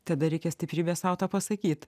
tada reikia stiprybės sau tą pasakyt